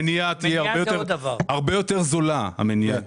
המניעה תהיה הרבה יותר זולה.